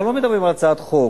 אנחנו לא מדברים על הצעת חוק.